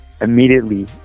Immediately